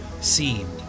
seemed